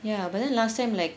ya but then last time like